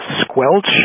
squelch